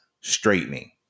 Straightening